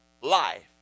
life